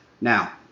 Now